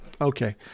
Okay